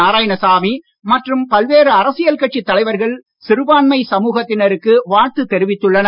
நாராயணசாமி மற்றும் பல்வேறு அரசியல் கட்சித் தலைவர்கள் சிறுபான்மை சமூகத்தினருக்கு வாழ்த்து தெரிவித்துள்ளனர்